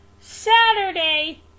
Saturday